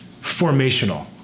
formational